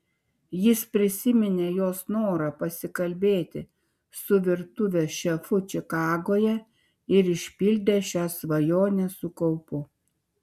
jis prisiminė jos norą pasikalbėti su virtuvės šefu čikagoje ir išpildė šią svajonę su kaupu